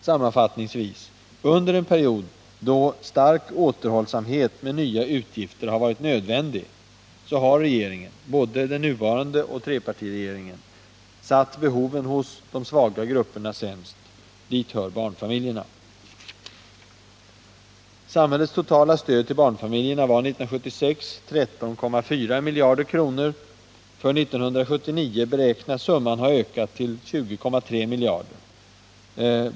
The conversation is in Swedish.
Sammanfattningsvis: Under en period då stark återhållsamhet med nya utgifter har varit nödvändig, har regeringen — både den nuvarande och trepartiregeringen — satt behoven hos de svaga grupperna främst, och dit hör barnfamiljerna. Samhällets totala stöd till barnfamiljerna var 1976 13,4 miljarder kronor. För 1979 beräknas summan ha ökat till 20,3 miljarder.